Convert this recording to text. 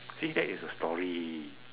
see that is a story